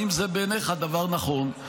האם זה בעיניך דבר נכון?